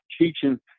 teaching